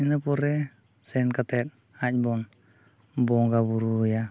ᱤᱱᱟᱹ ᱯᱚᱨᱮ ᱥᱮᱱ ᱠᱟᱛᱮᱫ ᱟᱡ ᱵᱚᱱ ᱵᱚᱸᱜᱟ ᱵᱳᱨᱳᱣᱟᱭᱟ